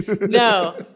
No